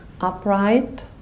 upright